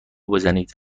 بزنید